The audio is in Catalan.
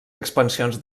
expansions